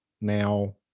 Now